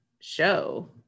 show